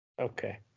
Okay